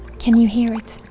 can you hear it